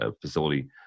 facility